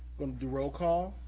gonna do roll call.